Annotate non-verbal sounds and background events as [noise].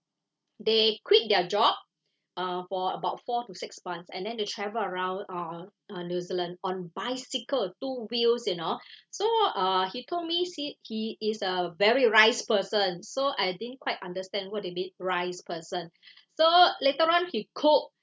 they quit their job uh for about four to six months and then they travel around uh on new zealand on bicycle two wheels you know [breath] so uh he told me since he is a very rice person so I didn't quite understand what they mean rice person so later on he cook